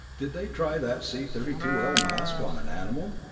did they try that c thirty two l mask on an animal?